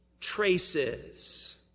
traces